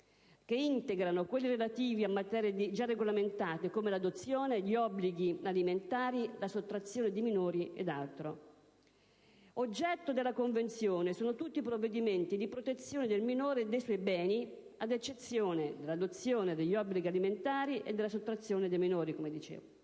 che integrano quelli relativi a materie già regolamentate, come l'adozione, gli obblighi alimentari, la sottrazione dei minori, e altre. Oggetto della Convenzione sono tutti i provvedimenti di protezione del minore e dei suoi beni, ad eccezione dell'adozione, degli obblighi alimentari e, come dicevo, della sottrazione dei minori.